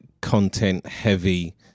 content-heavy